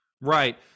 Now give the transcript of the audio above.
right